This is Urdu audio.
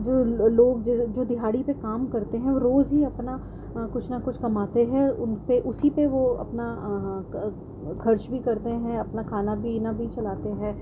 جو لوگ جو دہاڑی پہ کام کرتے ہیں اور روز ہی اپنا کچھ نہ کچھ کماتے ہیں ان پہ اسی پہ وہ اپنا خرچ بھی کرتے ہیں اپنا کھانا پینا بھی چلاتے ہیں